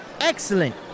Excellent